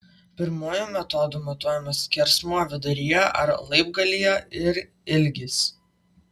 pirmuoju metodu matuojamas skersmuo viduryje ar laibgalyje ir ilgis